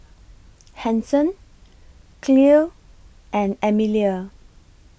Hanson Clell and Emilia